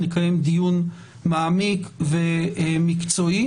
נקיים דיון מעמיק ומקצועי.